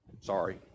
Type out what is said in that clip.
Sorry